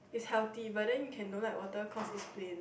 is healthy but then you can don't like water cause it's plain